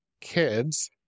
kids